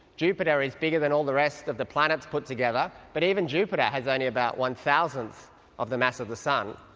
jupiter is bigger than all the rest of the planets put together, but even jupiter has only about one thousandth of the mass of the sun,